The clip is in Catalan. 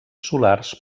solars